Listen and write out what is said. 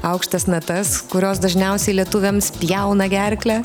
aukštas natas kurios dažniausiai lietuviams pjauna gerklę